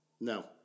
No